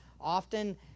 often